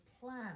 plan